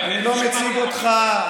אני לא מציג אותך.